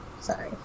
Sorry